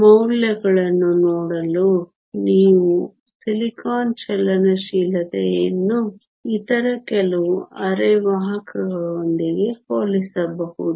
ಮೌಲ್ಯಗಳನ್ನು ನೋಡಲು ನೀವು ಸಿಲಿಕಾನ್ ಚಲನಶೀಲತೆಯನ್ನು ಇತರ ಕೆಲವು ಅರೆವಾಹಕಗಳೊಂದಿಗೆ ಹೋಲಿಸಬಹುದು